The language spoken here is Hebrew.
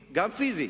פיזי.